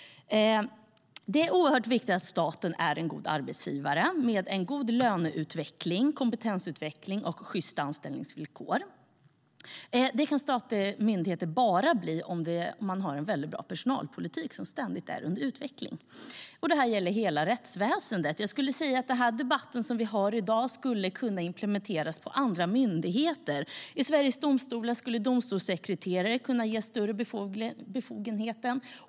Det är oerhört viktigt att staten är en god arbetsgivare med en god löneutveckling, kompetensutveckling och sjysta anställningsvillkor. Det kan statliga myndigheter bara bli om de har en bra personalpolitik som ständigt är under utveckling. Det gäller hela rättsväsendet. Den debatt som vi har i dag skulle kunna implementeras på andra myndigheter. I Sveriges domstolar skulle domstolssekreterare kunna ges större befogenheter.